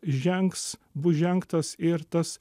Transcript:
žengs bus žengtas ir tas